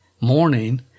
morning